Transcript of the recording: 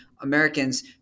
Americans